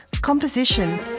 composition